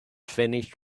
finished